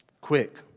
Quick